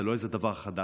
זה לא איזה דבר חדש,